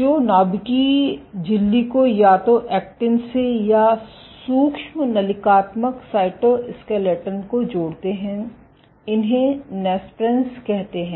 जो नाभिकीय झिल्ली को या तो एक्टिन से या सूक्ष्मनलिकात्मक साइटोस्केलेटन को जोड़ते हैं इन्हे नेस्प्रेन्स कहते हैं